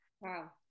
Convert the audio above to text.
Wow